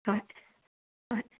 ꯍꯣꯏ ꯍꯣꯏ